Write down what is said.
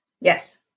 Yes